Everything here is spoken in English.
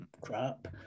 crap